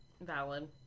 Valid